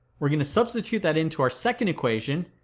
we're going to substitute that into our second equation.